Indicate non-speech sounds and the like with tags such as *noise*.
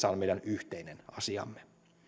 *unintelligible* on meidän yhteinen asiamme